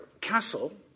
castle